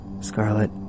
Scarlet